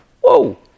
whoa